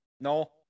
no